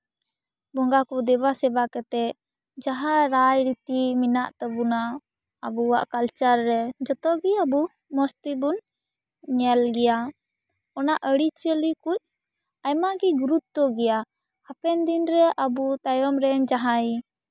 ᱵᱚᱸᱜᱟ ᱠᱚ ᱫᱮᱵᱟᱼᱥᱮᱵᱟ ᱠᱟᱛᱮ ᱡᱟᱦᱟᱸ ᱨᱟᱭ ᱨᱤᱛᱤ ᱢᱮᱱᱟᱜ ᱛᱟᱵᱚᱱᱟ ᱟᱵᱚᱣᱟᱜ ᱠᱟᱞᱪᱟᱨ ᱨᱮ ᱡᱚᱛᱚ ᱜᱮ ᱟᱵᱚ ᱢᱚᱡᱽ ᱛᱮᱵᱚᱱ ᱧᱮᱞ ᱜᱮᱭᱟ ᱚᱱᱟ ᱟᱹᱨᱤᱪᱟᱞᱤ ᱠᱩᱡ ᱟᱭᱢᱟ ᱜᱮ ᱜᱩᱨᱩᱛᱛᱚ ᱜᱮᱭᱟ ᱦᱟᱯᱮᱱ ᱫᱤᱱ ᱨᱮ ᱟᱵᱚ ᱛᱟᱭᱚᱢ ᱨᱮᱱ ᱡᱟᱦᱟᱸᱭ